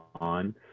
on